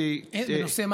בנושא,